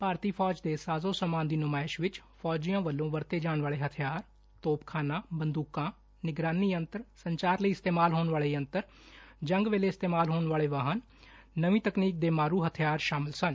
ਭਾਰਤੀ ਫੌਜ ਦੇ ਸਾਜੋ ਸਮਾਨ ਦੀ ਨੁਮਾਇਸ਼ ਵਿੱਚ ਫੋਜੀਆਂ ਵਲੋਂ ਵਰਤੇ ਜਾਣ ਵਾਲੇ ਹਥਿਆਰ ਤੋਪਖਾਨਾ ਬੰਦੂਕਾਂ ਨਿਗਰਾਨੀ ਯੰਤਰ ਸੰਚਾਰ ਲਈ ਇਸਤੇਮਾਲ ਹੋਣ ਵਾਲੇ ਯੰਤਰ ਜੰਗ ਵੇਲੇ ਇਸਤੇਮਾਲ ਹੋਣ ਵਾਲੇ ਵਾਹਨ ਨਵੀਂ ਤਕਨੀਕ ਦੇ ਮਾਰੂ ਹਥਿਆਰ ਸ਼ਾਮਲ ਸਨ